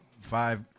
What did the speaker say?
five